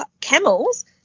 camels